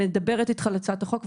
מדברת איתך על הצעת החוק,